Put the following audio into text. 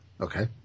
Okay